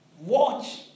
Watch